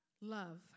love